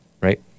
right